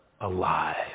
alive